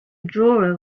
drawer